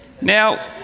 Now